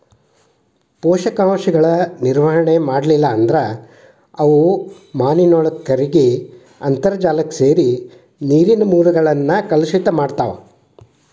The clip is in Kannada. ಪೋಷಕಾಂಶಗಳ ನಿರ್ವಹಣೆ ಮಾಡ್ಲಿಲ್ಲ ಅಂದ್ರ ಅವು ಮಾನಿನೊಳಗ ಕರಗಿ ಅಂತರ್ಜಾಲಕ್ಕ ಸೇರಿ ನೇರಿನ ಮೂಲಗಳನ್ನ ಕಲುಷಿತ ಮಾಡ್ತಾವ